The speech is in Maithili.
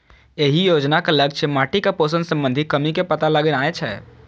एहि योजनाक लक्ष्य माटिक पोषण संबंधी कमी के पता लगेनाय छै